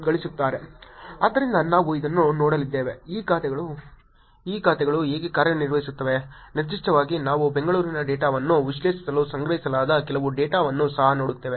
ಆದ್ದರಿಂದ ನಾವು ಇದನ್ನು ನೋಡಲಿದ್ದೇವೆ ಈ ಖಾತೆಗಳು ಹೇಗೆ ಕಾರ್ಯನಿರ್ವಹಿಸುತ್ತಿವೆ ನಿರ್ದಿಷ್ಟವಾಗಿ ನಾವು ಬೆಂಗಳೂರಿನ ಡೇಟಾವನ್ನು ವಿಶ್ಲೇಷಿಸಲು ಸಂಗ್ರಹಿಸಲಾದ ಕೆಲವು ಡೇಟಾವನ್ನು ಸಹ ನೋಡುತ್ತೇವೆ